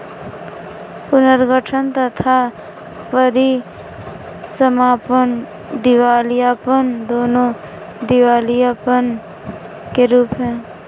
पुनर्गठन तथा परीसमापन दिवालियापन, दोनों दिवालियापन के रूप हैं